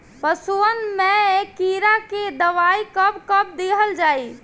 पशुअन मैं कीड़ा के दवाई कब कब दिहल जाई?